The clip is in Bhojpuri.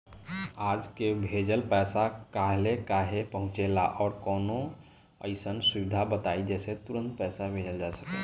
आज के भेजल पैसा कालहे काहे पहुचेला और कौनों अइसन सुविधा बताई जेसे तुरंते पैसा भेजल जा सके?